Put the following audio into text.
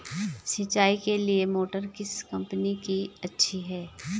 सिंचाई के लिए मोटर किस कंपनी की अच्छी है?